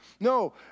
No